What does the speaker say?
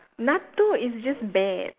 natto is just bad